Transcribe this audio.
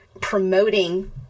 promoting